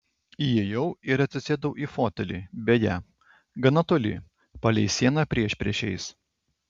įėjau ir atsisėdau į fotelį beje gana toli palei sieną priešpriešiais